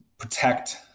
protect